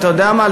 ואתה יודע מה?